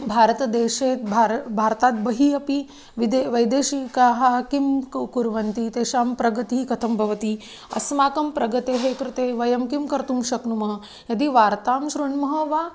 भारतदेशे भारते भारतात् बहि अपि विदेशे वैदेशीकाः किं कु कुर्वन्ति तेषां प्रगतिः कथं भवति अस्माकं प्रगतेः कृते वयं किं कर्तुं शक्नुमः यदि वार्तां शृणुमः वा